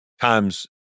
Times